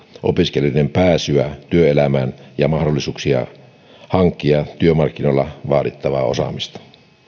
opiskelijoiden pääsyä työelämään ja mahdollisuuksia hankkia työmarkkinoilla vaadittavaa osaamista